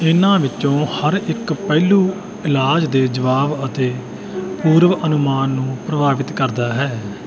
ਇਹਨਾਂ ਵਿੱਚੋਂ ਹਰ ਇੱਕ ਪਹਿਲੂ ਇਲਾਜ ਦੇ ਜਵਾਬ ਅਤੇ ਪੂਰਵ ਅਨੁਮਾਨ ਨੂੰ ਪ੍ਰਭਾਵਿਤ ਕਰਦਾ ਹੈ